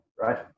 right